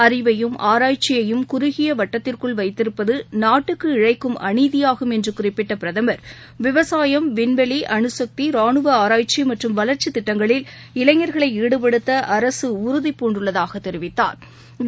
அறிவையும் ஆராய்ச்சியையும் குறுகிய வட்டத்திற்குள் வைத்திருப்பது நாட்டுக்கு இழைக்கும் அநீதியாகும் என்று குறிப்பிட்ட பிரதமர் விவசாயம் விண்வெளி அணுசக்தி ராணுவ ஆராய்ச்சி மற்றும் வளர்ச்சி திட்டங்களில் இளைஞா்களை ஈடுபடுத்த அரசு உறுதிபூண்டுள்ளதாக தெரிவித்தாா்